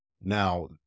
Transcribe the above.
now